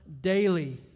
daily